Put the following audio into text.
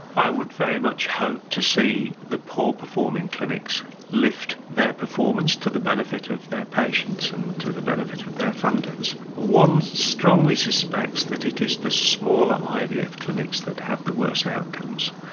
i would very much hope to see the poor performing clinics lift their performance to the benefit of their patients and to the benefit of their funders. one strongly suspects that it is the smaller ivf clinics that have the worse outcomes.